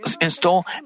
install